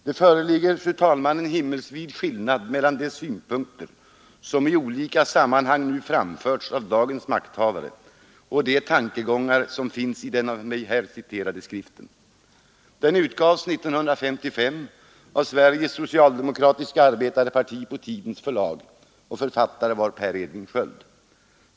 Det föreligger, fru talman, en himmelsvid skillnad mellan de synpunkter som i olika sammanhang framförs av dagens makthavare och de tankegångar som finns i den här av mig citerade skriften. Den utgavs 1955 av Sveriges socialdemokratiska arbetareparti på Tidens förlag och författare var Per Edvin Sköld.